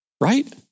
Right